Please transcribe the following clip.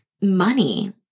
money